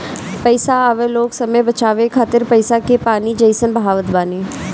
पईसा वाला लोग समय बचावे खातिर पईसा के पानी जइसन बहावत बाने